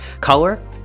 Color